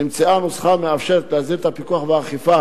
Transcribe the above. נמצאה הנוסחה המאפשרת להסדיר את הפיקוח והאכיפה